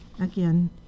Again